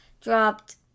dropped